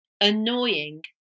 annoying